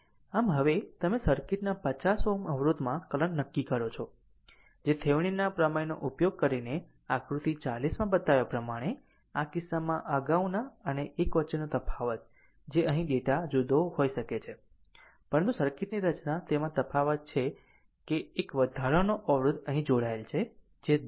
આમ હવે તમે સર્કિટના 50 Ω અવરોધમાં કરંટ નક્કી કરો છો જે થિવેનિનના પ્રમેયનો ઉપયોગ કરીને આકૃતિ 40 માં બતાવ્યા પ્રમાણે આ કિસ્સામાં અગાઉના અને આ એક વચ્ચેનો તફાવત જે અહીં ડેટા જુદો હોઈ શકે છે પરંતુ સર્કિટની રચના તેમાં તફાવત છે કે એક વધારાનો અવરોધ અહીં જોડાયેલ છે જે 10 Ω છે